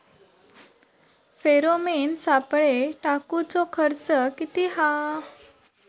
Pheromone सापळे टाकूचो खर्च किती हा?